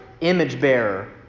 image-bearer